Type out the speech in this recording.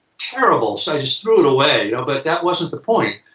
terrible, so i just threw it away. you know? but that wasn't the point.